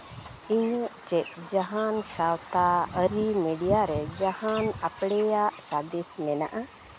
ᱤᱧᱟᱹᱜ ᱪᱮᱫ ᱡᱟᱦᱟᱱ ᱥᱟᱶᱛᱟᱼᱟᱹᱨᱤ ᱢᱤᱰᱤᱭᱟᱨᱮ ᱡᱟᱦᱟᱱ ᱟᱯᱲᱮᱭᱟᱜ ᱥᱟᱸᱫᱮᱥ ᱢᱮᱱᱟᱜᱼᱟ